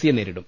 സിയെ നേരിടും